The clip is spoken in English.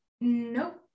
Nope